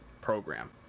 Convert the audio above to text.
program